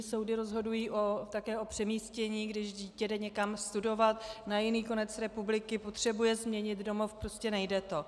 Soudy rozhodují také o přemístění, když dítě jde někam studovat na jiný konec republiky, potřebuje změnit domov, prostě nejde to.